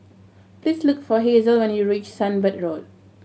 please look for Hazelle when you reach Sunbird Road